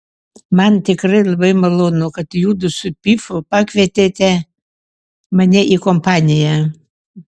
man tikrai labai malonu kad judu su pifu pakvietėte mane į kompaniją